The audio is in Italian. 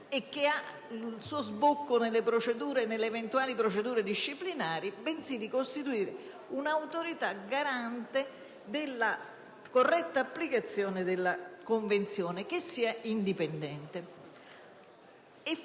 e che ha un suo sbocco nelle eventuali procedure disciplinari, bensì di costituire un'autorità garante della corretta applicazione della Convenzione, che sia indipendente.